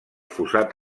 fossat